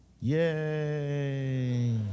Yay